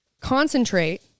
concentrate